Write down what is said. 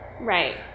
Right